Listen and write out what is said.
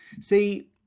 see